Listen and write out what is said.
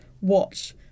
watch